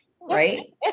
right